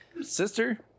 Sister